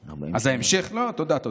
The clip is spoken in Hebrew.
לא, תודה.